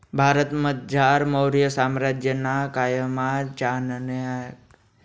भारतमझार मौर्य साम्राज्यना कायमा चाणक्यनी आर्थिक व्यवस्थानं हातेवरी पुस्तक लिखेल व्हतं